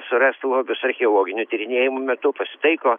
surast lobius archeologinių tyrinėjimų metu pasitaiko